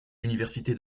université